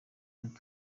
ati